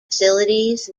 facilities